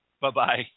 Bye-bye